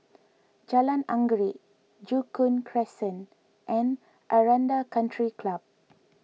Jalan Anggerek Joo Koon Crescent and Aranda Country Club